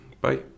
bye